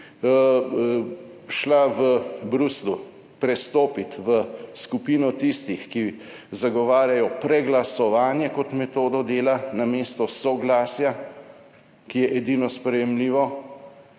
šla v Bruslju prestopiti v skupino tistih, ki zagovarjajo preglasovanje kot metodo dela namesto soglasja, ki je edino sprejemljivo,